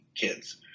kids